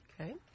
Okay